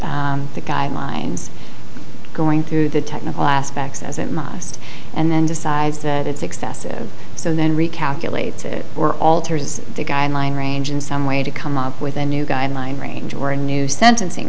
the guidelines going through the technical aspects as it must and then decides that it's excessive so then recalculates it or alters the guideline range in some way to come up with a new guideline range or a new sentencing